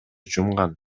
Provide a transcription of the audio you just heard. жумган